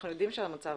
יודעים שהמצב